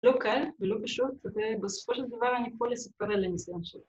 ‫לא קל ולא פשוט, ‫אבל בסופו של דבר ‫אני יכולה לספר על הניסיון שלי.